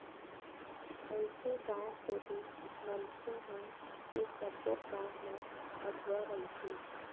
अइसे गाँव कोती मनखे ह ऐ सब्बो काम म अघुवा रहिथे